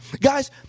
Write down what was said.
Guys